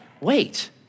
Wait